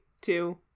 two